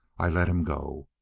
i let him go.